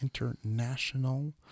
international